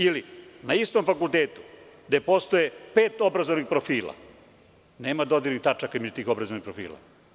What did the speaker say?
Ili, na istom fakultetu gde postoje pet obrazovnih profila, nema dodirnih tačaka između tih obrazovnih profila.